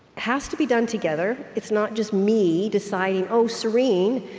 has to be done together. it's not just me, deciding, oh, serene,